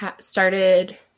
started